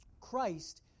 Christ